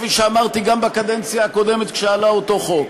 כפי שאמרתי גם בקדנציה הקודמת כשעלה אותו חוק: